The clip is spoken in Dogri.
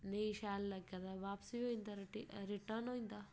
नेईं शैल लग्गै ते बापस बी होईं जंदी रिर्टन बी होई जंदा